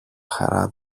χαρά